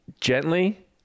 gently